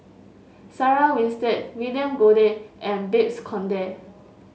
Sarah Winstedt William Goode and Babes Conde